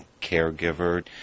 caregiver